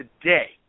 today